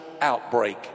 outbreak